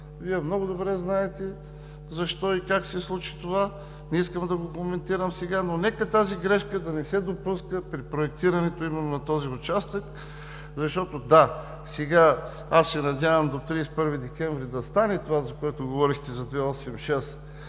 Вие много добре знаете защо и как се случи това. Не искам да го коментирам сега, но нека тази грешка да не се допуска при проектирането именно на този участък. Да, сега, надявам се до 31 декември да стане това, за което говорихте – за